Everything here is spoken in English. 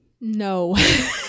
No